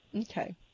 Okay